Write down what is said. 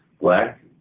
black